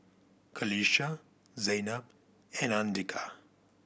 Qalisha Zaynab and Andika